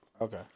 Okay